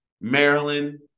Maryland